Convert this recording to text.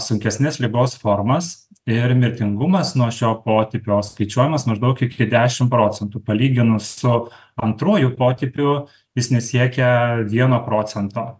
sunkesnes ligos formas ir mirtingumas nuo šio potipio skaičiuojamas maždaug iki dešimt procentų palyginus su antruoju potipiu jis nesiekia vieno procento